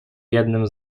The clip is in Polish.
jednym